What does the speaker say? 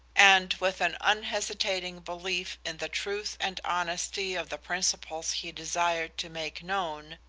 and with an unhesitating belief in the truth and honesty of the principles he desired to make known,